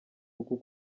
uku